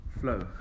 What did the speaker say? flow